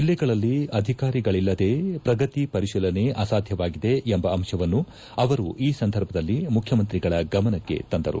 ಜಿಲ್ಲೆಗಳಲ್ಲಿ ಅಧಿಕಾರಿಗಳಲ್ಲದೆ ಪ್ರಗತಿ ಪರಿಶೀಲನೆ ಅಸಾಧ್ಯವಾಗಿದೆ ಎಂಬ ಅಂಶವನ್ನು ಅವರು ಈ ಸಂದರ್ಭದಲ್ಲಿ ಮುಖ್ಯಮಂತ್ರಿಗಳ ಗಮನಕ್ಕೆ ತಂದರು